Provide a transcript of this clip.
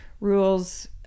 rules